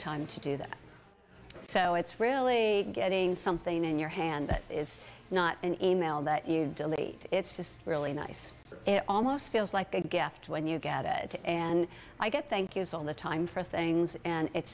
time to do that so it's really getting something in your hand that is not an email that you delete it's just really nice it almost feels like a gift when you get it and i get thank yous all the time for things and it's